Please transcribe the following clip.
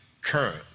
current